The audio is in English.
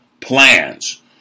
plans